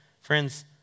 Friends